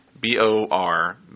b-o-r